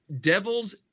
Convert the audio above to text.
devil's